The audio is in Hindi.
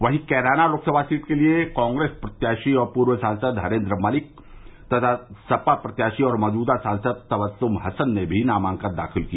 वहीं कैराना लोकसभा सीट के लिए कांग्रेस प्रत्याशी और पूर्व सांसद हरेन्द्र मलिक तथा सपा प्रत्याशी और मौजूदा सांसद तबस्सूम हसन ने भी नामांकन दाखिल किया